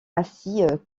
assis